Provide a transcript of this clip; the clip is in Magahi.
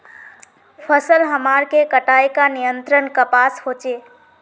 फसल हमार के कटाई का नियंत्रण कपास होचे?